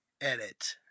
edit